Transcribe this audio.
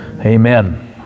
Amen